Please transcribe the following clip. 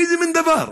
איזה מין דבר זה?